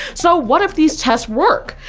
so, what if these tests work?